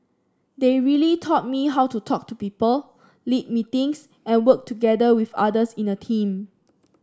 they really taught me how to talk to people lead meetings and work together with others in a team